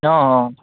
অঁ